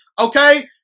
Okay